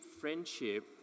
friendship